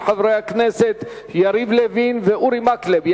של חברי הכנסת יריב לוין ואורי מקלב.